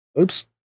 Oops